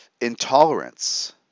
intolerance